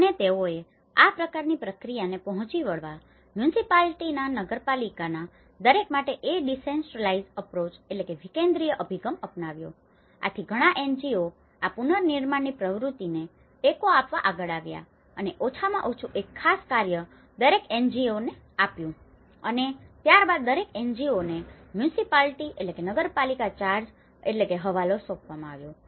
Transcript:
અને તેઓએ આ પ્રકારની પ્રક્રિયાને પહોંચી વળવા માટે મ્યુન્સીપાલિટીના municipality નગરપાલિકા દરેક માટે a decentralised approach decentralized approach વિકેન્દ્રિય અભિગમ અપનાવ્યો આથી ઘણાં NGO આ પુનર્નિર્માણની પ્રવૃત્તિને ટેકો આપવા આગળ આવ્યા અને ઓછામાં ઓછું એક ખાસ કાર્ય દરેક NGOને આપ્યું અને ત્યારબાદ દરેક NGOને મ્યુન્સીપાલિટીનો municipality નગરપાલિકા ચાર્જ charge હવાલો સોંપવામાં આવ્યો